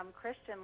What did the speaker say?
Christian